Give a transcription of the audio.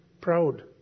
proud